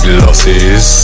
losses